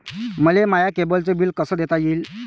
मले माया केबलचं बिल कस देता येईन?